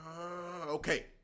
Okay